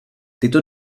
tyto